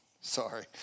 Sorry